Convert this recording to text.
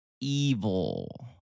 Evil